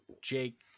Jake